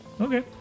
Okay